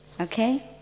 Okay